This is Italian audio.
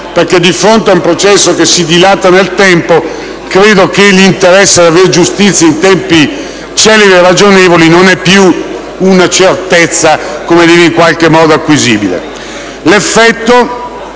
perché, di fronte a un processo che si dilata nel tempo, credo che l'interesse ad avere giustizia in tempi celeri e ragionevoli non è più una certezza acquisibile. L'effetto